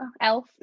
Elf